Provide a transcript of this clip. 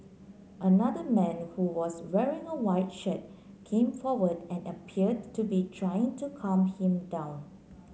another man who was wearing a white shirt came forward and appeared to be trying to calm him down